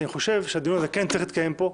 אני חושב שהדיון הזה כן צריך להתקיים פה,